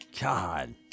God